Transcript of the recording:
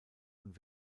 und